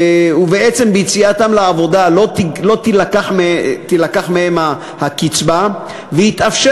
ובעצם יציאתם לעבודה לא תילקח מהם הקצבה ויתאפשר